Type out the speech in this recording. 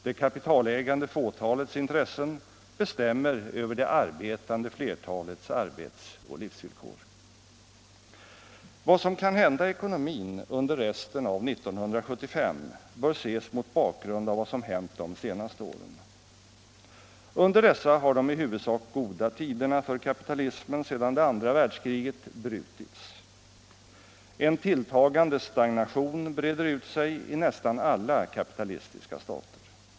Det kapitalägande fåtalets intressen bestämmer över det arbetande flertalets arbetsoch livsvillkor. Vad som kan hända i ekonomin under resten av 1975 bör ses mot bakgrund av vad som hänt de senaste åren. Under dessa har de i huvudsak goda tiderna för kapitalismen sedan det andra världskriget brutits. En tilltagande stagnation breder ut sig i nästan alla kapitalistiska stater.